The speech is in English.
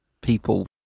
people